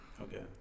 Okay